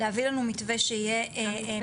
להביא לנו מתווה שיהיה מתאים.